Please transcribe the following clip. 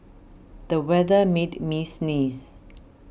the weather made me sneeze